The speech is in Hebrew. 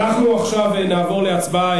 אנחנו עכשיו נעבור להצבעה.